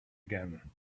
again